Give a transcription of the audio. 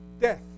death